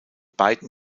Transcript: beiden